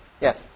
Yes